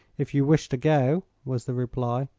if you wish to go, was the reply.